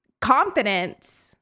confidence